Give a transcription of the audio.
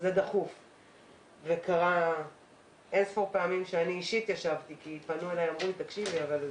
זה קרה הרבה פעמים שאני אישית ישבתי כי פנו אלי ואמרו לי שההלוויה